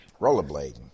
Rollerblading